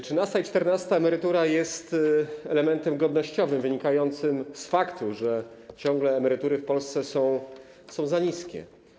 Trzynasta i czternasta emerytura są elementem godnościowym wynikającym z faktu, że ciągle emerytury w Polsce są za niskie.